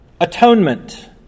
Atonement